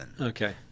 Okay